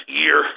year